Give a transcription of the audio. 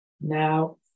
Now